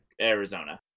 Arizona